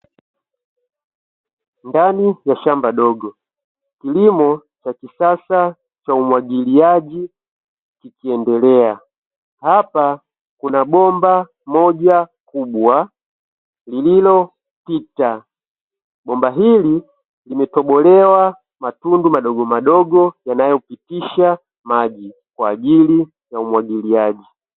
Ndani ya shamba dogo kilimo cha kisasa cha umwagiliaji kikiendelea, hapa kuna bomba moja kubwa lililopita bomba hili limetobolewa matundu madogo madogo yanayohusisha maji kwa ajili ya umwagiliaji.